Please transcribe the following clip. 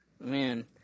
Man